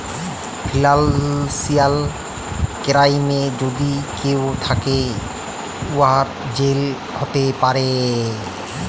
financial কেরাইমে যদি কেউ থ্যাকে, উয়ার জেল হ্যতে পারে